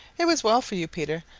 it was well for you, peter,